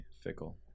Fickle